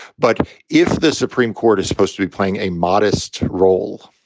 but if the supreme court is supposed to be playing a modest role